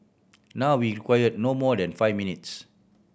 now we require no more than five minutes